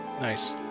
nice